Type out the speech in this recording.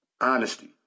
honesty